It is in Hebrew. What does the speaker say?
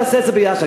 ונעשה את זה ביחד.